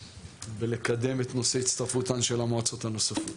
ולקדם את נושא הצטרפותן של המועצות הנוספות.